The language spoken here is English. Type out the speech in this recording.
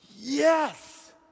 Yes